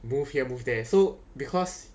move here move there so because